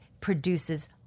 produces